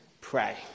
pray